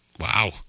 Wow